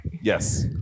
Yes